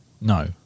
no